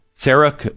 Sarah